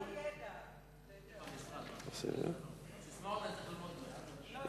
ההצעה להעביר את הנושא לוועדה שתקבע ועדת הכנסת נתקבלה.